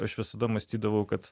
aš visada mąstydavau kad